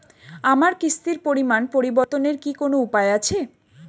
আমার কিস্তির পরিমাণ পরিবর্তনের কি কোনো উপায় আছে?